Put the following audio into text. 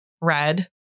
red